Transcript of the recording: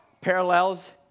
parallels